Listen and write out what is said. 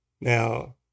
Now